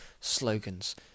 slogans